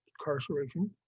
incarceration